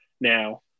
now